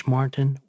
Martin